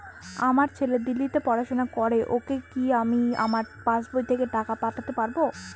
আমার ছেলে দিল্লীতে পড়াশোনা করে ওকে কি আমি আমার পাসবই থেকে টাকা পাঠাতে পারব?